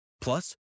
Plus